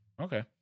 Okay